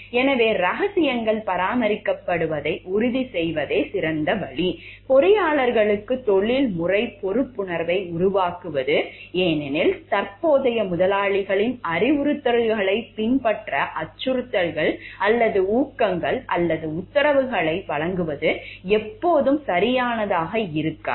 எனவே ரகசியங்கள் பராமரிக்கப்படுவதை உறுதிசெய்வதே சிறந்த வழி பொறியாளர்களுக்கு தொழில்முறை பொறுப்புணர்வை உருவாக்குவது ஏனெனில் தற்போதைய முதலாளிகளின் அறிவுறுத்தல்களைப் பின்பற்ற அச்சுறுத்தல்கள் அல்லது ஊக்கங்கள் அல்லது உத்தரவுகளை வழங்குவது எப்போதும் சரியானதாக இருக்காது